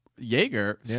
Jaeger